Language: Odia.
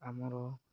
ଆମର